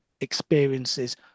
experiences